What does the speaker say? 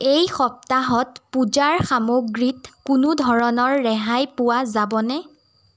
এই সপ্তাহত পূজাৰ সামগ্ৰীত কোনো ধৰণৰ ৰেহাই পোৱা যাবনে